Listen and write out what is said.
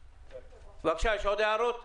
בבקשה, יש עוד הערות?